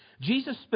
Jesus